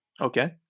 Okay